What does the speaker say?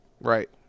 Right